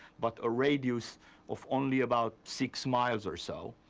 but a radius of only about six miles or so.